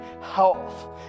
health